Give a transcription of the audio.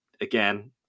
again